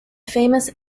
famous